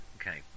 Okay